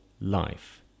life